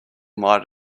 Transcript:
might